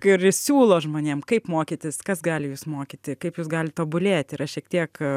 kuri siūlo žmonėm kaip mokytis kas gali jus mokyti kaip jūs galit tobulėti yra šiek tiek